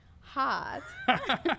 hot